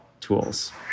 tools